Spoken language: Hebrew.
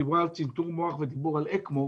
דובר על צנתור מוח ועל מכשיר אקמו,